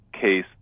case